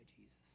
Jesus